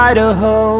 Idaho